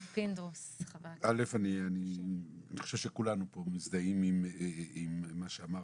אני חושב שכולנו פה מזדהים עם מה שאמרתְּ,